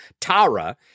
Tara